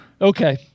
Okay